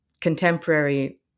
contemporary